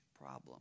problem